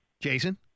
Jason